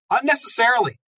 unnecessarily